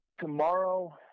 Tomorrow